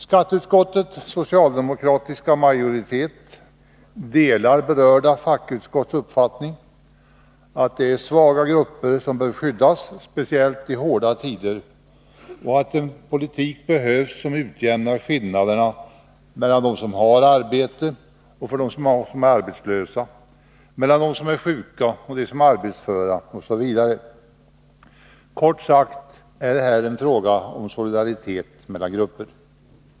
Skatteutskottets socialdemokratiska majoritet delar berörda fackutskotts uppfattning att det är de svaga grupperna som behöver skyddas, speciellt i hårda tider, och att det behövs en politik som utjämnar skillnaderna mellan dem som har arbete och dem som är arbetslösa, mellan dem som är sjuka och dem som är arbetsföra osv. Kort sagt är det här fråga om solidaritet mellan grupper.